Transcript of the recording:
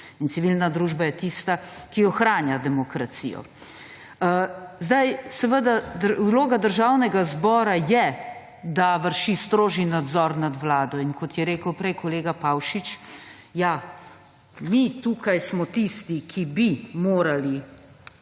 In civilna družba je tista, ki ohranja demokracijo. Vloga Državnega zbora je, da vrši strožji nadzor nad Vlado in, kot je rekel prej kolega Pavšič, ja, mi tukaj smo tisti, ki bi morali